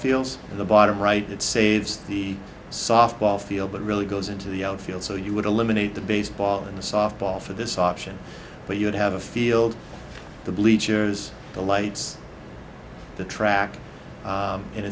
fields and the bottom right it saves the softball field but really goes into the outfield so you would eliminate the baseball and softball for this option but you'd have a field the bleachers the lights the track